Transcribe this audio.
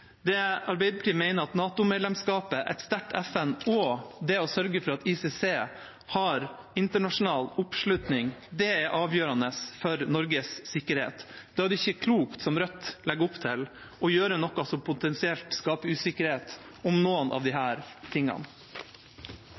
Arbeiderpartiet mener at NATO-medlemskapet, et sterkt FN og det å sørge for at ICC har internasjonal oppslutning, er avgjørende for Norges sikkerhet. Da er det ikke klokt, som Rødt legger opp til, å gjøre noe som potensielt skaper usikkerhet om noen av disse tingene.